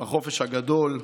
בחופש הגדול.